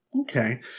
Okay